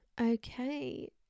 okay